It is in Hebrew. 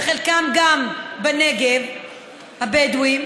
וחלקם גם בנגב הבדואי,